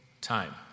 time